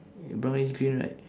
brownish green right